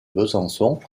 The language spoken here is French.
besançon